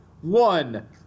one